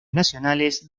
nacionales